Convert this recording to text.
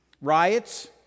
riots